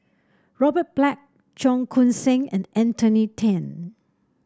Robert Black Cheong Koon Seng and Anthony Then